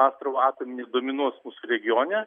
astravo atominė dominuos regione